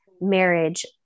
marriage